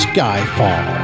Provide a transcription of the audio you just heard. Skyfall